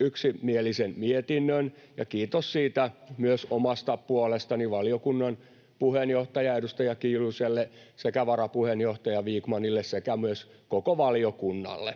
yksimielisen mietinnön, ja kiitos siitä myös omasta puolestani valiokunnan puheenjohtaja, edustaja Kiljuselle sekä varapuheenjohtaja Vikmanille sekä myös koko valiokunnalle.